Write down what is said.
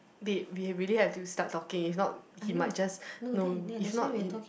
babe we really have to start talking if not he might just no if not